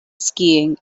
skiing